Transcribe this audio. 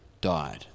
died